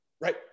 right